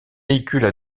véhicules